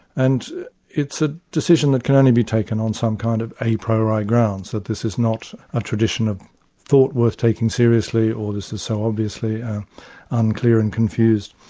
and it's a decision that can only be taken on some kind of a-priori grounds, that this is not a tradition of thought worth taking seriously, or this is so obviously unclear and confused.